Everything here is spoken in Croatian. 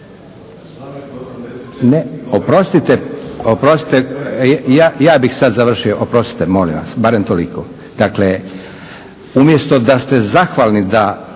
Oprostite, oprostite ja bih sad završio, oprostite molim vas barem toliko. Dakle, umjesto da ste zahvalni da